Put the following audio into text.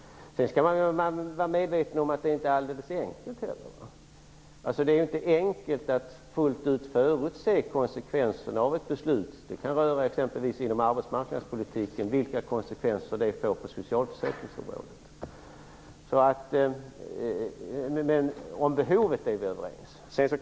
Sedan skall man ju vara medveten om att det inte är alldeles enkelt heller. Det är inte enkelt att fullt ut förutse konsekvenserna av ett beslut. Inom arbetsmarknadspolitiken kan det t.ex. röra sig om vilka konsekvenser det får på socialförsäkringsområdet. Men vi är överens om behovet.